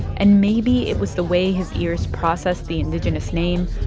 and maybe it was the way his ears processed the indigenous name,